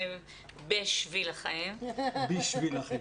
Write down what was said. אבשלום היקר,